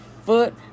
foot